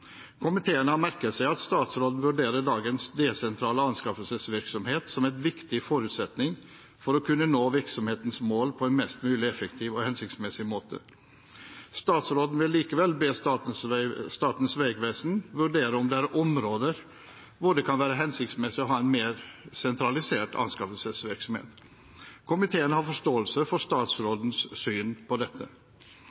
Komiteen har merket seg at statsråden vurderer dagens desentrale anskaffelsesvirksomhet som en viktig forutsetning for å kunne nå virksomhetens mål på en mest mulig effektiv og hensiktsmessig måte. Statsråden vil likevel be Statens vegvesen vurdere om det er områder hvor det kan være hensiktsmessig å ha en mer sentralisert anskaffelsesvirksomhet. Komiteen har forståelse for statsrådens syn på dette.